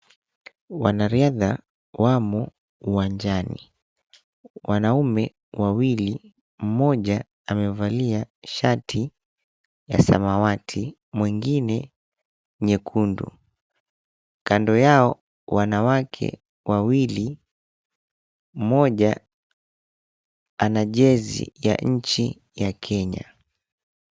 Wanariadha wamo uwanjani. Wanaume wawili, mmoja amevalia shati ya samawati, mwingine nyekundu. Kando yao wanawake wawili, mmoja anajezi ya inchi ya Kenya.